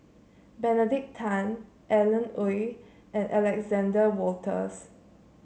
Benedict Tan Alan Oei and Alexander Wolters